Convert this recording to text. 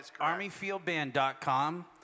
armyfieldband.com